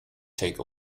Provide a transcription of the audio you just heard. take